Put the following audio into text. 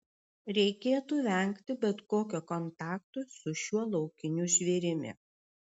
reikėtų vengti bet kokio kontakto su šiuo laukiniu žvėrimi